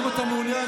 אם אתה מעוניין,